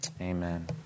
Amen